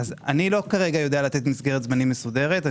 אני לא כרגע יודע לתת מסגרת זמנים מסודרת.